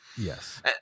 yes